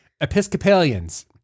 Episcopalians